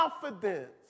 confidence